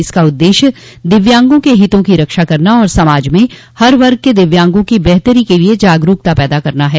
इसका उद्देश्य दिव्यांगों के हितों को रक्षा करना और समाज में हर वर्ग के दिव्यांगों की बेहतरी के लिए जागरूकता पैदा करना है